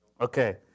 Okay